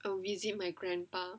visit my grandpa